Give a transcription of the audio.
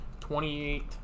28